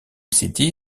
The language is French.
city